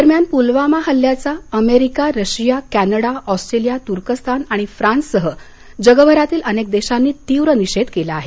दरम्यान पुलवामा हल्ल्याचा America Russia Canada Australia तुर्कस्तान फ्रान्ससह जगभरातील अनेक देशांनी तीव्र निषेध केला आहे